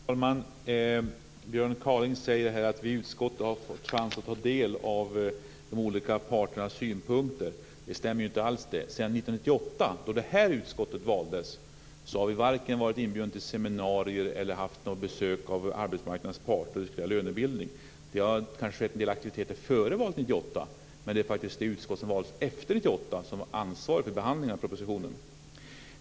Fru talman! Björn Kaaling säger här att vi i utskottet har fått chansen att ta del av de olika parternas synpunkter men det stämmer inte alls. Sedan år 1998, då det här utskottet valdes, har vi varken varit inbjudna till seminarier eller haft besök av arbetsmarknadens parter för diskussioner om lönebildning. Det har kanske varit en del aktiviteter före valet 1998 men det är faktiskt det utskott som valts efter år 1998 som har ansvaret för behandlingen av propositionen.